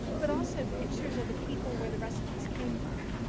but also pictures of the people where the recipes came from.